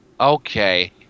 Okay